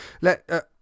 let